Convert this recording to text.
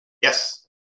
Yes